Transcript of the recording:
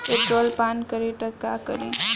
Petrol पान करी त का करी?